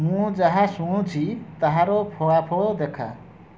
ମୁଁ ଯାହା ଶୁଣୁଛି ତାହାର ଫଳାଫଳ ଦେଖା